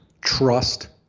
Trust